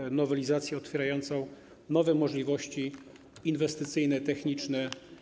Jest to nowelizacja otwierającą nowe możliwości inwestycyjne i techniczne.